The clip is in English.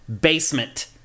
basement